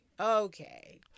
okay